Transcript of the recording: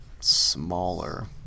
smaller